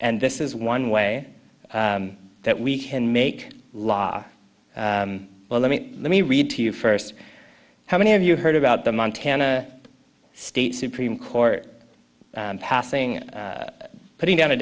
and this is one way that we can make law well let me let me read to you first how many have you heard about the montana state supreme court passing putting down a